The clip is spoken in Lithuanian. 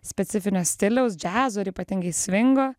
specifinio stiliaus džiazo ir ypatingai svingo